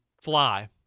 fly